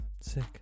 Sick